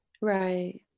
Right